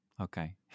Okay